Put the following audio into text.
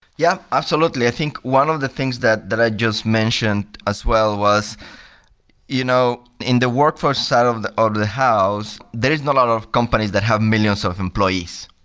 yeah, absolutely. i think one of the things that that i just mentioned as well was you know in the workforce side of the of the house, there isn't a lot of companies that have millions of employees.